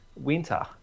winter